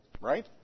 right